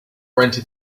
rented